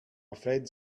afraid